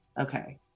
okay